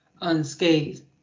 unscathed